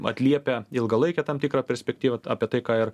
atliepia ilgalaikę tam tikrą perspektyvą apie tai ką ir